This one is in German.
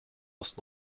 erst